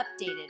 updated